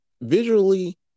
visually